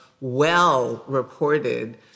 well-reported